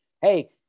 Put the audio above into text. Hey